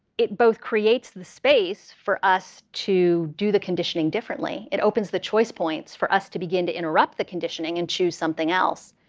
it both creates the space for us to do the conditioning differently. it opens the choice points for us to begin to interrupt the conditioning and choose something else.